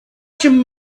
some